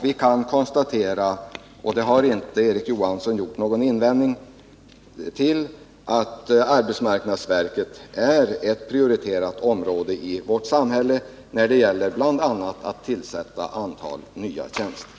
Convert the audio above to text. Vi kan konstatera — och mot detta har Erik Johansson inte gjort någon invändning — att arbetsmarknadsverket är ett prioriterat område i vårt samhälle, bl.a. när det gäller att få nya tjänster.